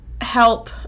help